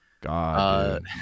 God